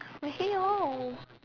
没有